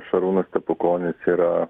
šarūnas stepukonis yra